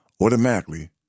automatically